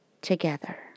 together